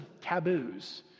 taboos